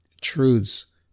truths